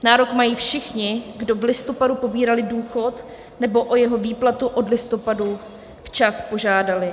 Nárok mají všichni, kdo v listopadu pobírali důchod nebo o jeho výplatu od listopadu včas požádali.